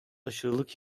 aşırılık